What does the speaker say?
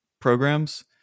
programs